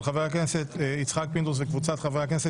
של חבר הכנסת יצחק פינדרוס וקבוצת חברי הכנסת,